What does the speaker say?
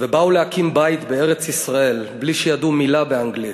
ובאו להקים בית בארץ-ישראל בלי שידעו מילה בעברית,